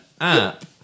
app